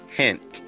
hint